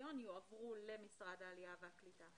מיליון יועברו למשרד העלייה והקליטה,